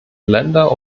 länder